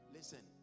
Listen